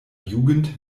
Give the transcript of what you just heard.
jugend